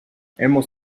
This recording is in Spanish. hemos